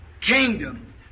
kingdom